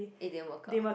it didn't work out